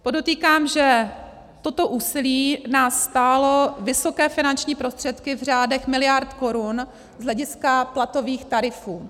Podotýkám, že toto úsilí nás stálo vysoké finanční prostředky v řádech miliard korun z hlediska platových tarifů.